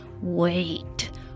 wait